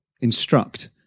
instruct